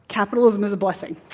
capitalism is a blessing.